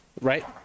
Right